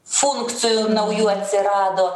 funkcijų naujų atsirado